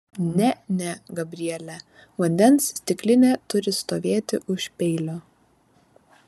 ne ne gabriele vandens stiklinė turi stovėti už peilio